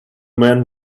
men